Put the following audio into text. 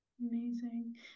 amazing